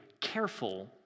careful